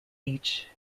each